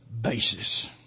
basis